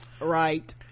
Right